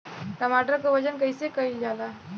टमाटर क वजन कईसे कईल जाला?